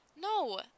No